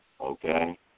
Okay